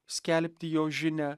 skelbti jo žinią